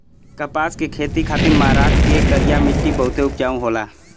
कपास के खेती खातिर महाराष्ट्र के करिया मट्टी बहुते उपजाऊ होला